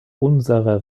unserer